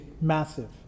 massive